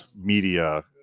media